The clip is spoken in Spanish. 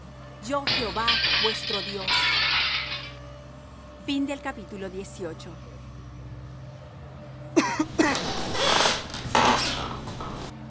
yo jehová vuestro dios